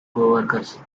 coworkers